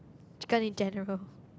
chicken in general